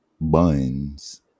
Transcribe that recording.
Buns